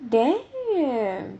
damn